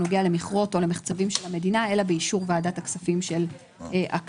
שנוגע למכרות או למחצבים של המדינה אלא באישור ועדת הכספים של הכנסת.